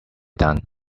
done